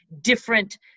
different